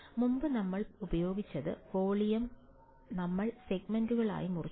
മുമ്പ് നമ്മൾ ഉദ്ദേശിച്ചത് വോളിയം നമ്മൾ സെഗ്മെന്റുകളായി മുറിച്ചു